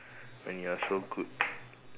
when you are so good